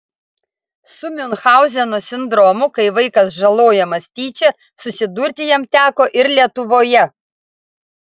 su miunchauzeno sindromu kai vaikas žalojamas tyčia susidurti jam teko ir lietuvoje